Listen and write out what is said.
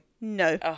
No